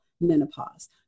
menopause